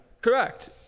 Correct